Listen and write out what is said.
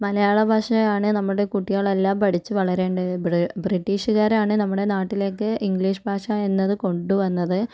മലയാള ഭാഷയാണ് നമ്മടെ കുട്ടികളെല്ലാം പഠിച്ച് വളരേണ്ടത് ബ്ര് ബ്രിട്ടീഷ്കാരാണ് നമ്മുടെ നാട്ടിലേക്ക് ഇംഗ്ലീഷ് ഭാഷ എന്നത് കൊണ്ട് വന്നത്